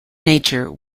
nature